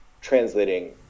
translating